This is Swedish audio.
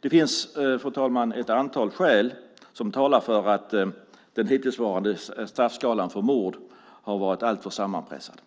Det finns, fru talman, ett antal skäl som talar för att den hittillsvarande straffskalan för mord har varit alltför sammanpressad.